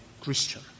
Christian